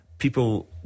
People